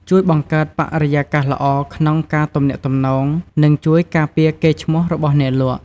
ជួយបង្កើតបរិយាកាសល្អក្នុងការទំនាក់ទំនង និងជួយការពារកេរ្តិ៍ឈ្មោះរបស់អ្នកលក់។